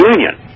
Union